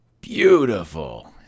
beautiful